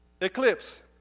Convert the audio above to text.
eclipse